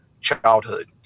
childhood